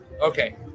Okay